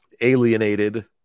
alienated